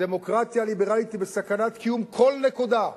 הדמוקרטיה הליברלית היא בסכנת קיום בכל נקודה,